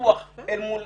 פתוח אל מול